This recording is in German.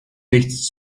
nichts